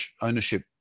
ownership